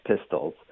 Pistols